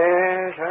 Yes